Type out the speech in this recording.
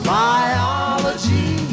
biology